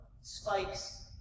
spikes